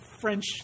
French